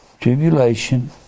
Tribulation